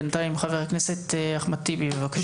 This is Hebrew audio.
בינתיים, חבר הכנסת אחמד טיבי, בבקשה.